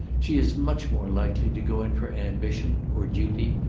she is much more likely to go in for ambition, or duty,